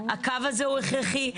הקו הזה הוא הכרחי,